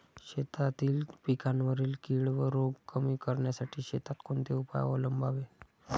शेतातील पिकांवरील कीड व रोग कमी करण्यासाठी शेतात कोणते उपाय अवलंबावे?